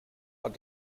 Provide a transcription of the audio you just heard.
hat